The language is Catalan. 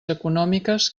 econòmiques